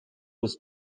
was